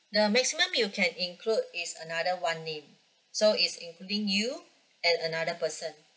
the maximum you can include is another one name so it's including you and another person